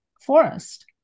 forest